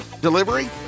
Delivery